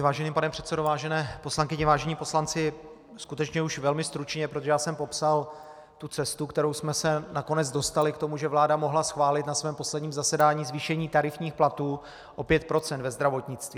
Vážený pane předsedo, vážené poslankyně, vážení poslanci, skutečně už velmi stručně, protože já jsem popsal tu cestu, kterou jsme se nakonec dostali k tomu, že vláda mohla schválit na svém posledním zasedání zvýšení tarifních platů o 5 % ve zdravotnictví.